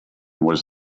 was